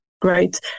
great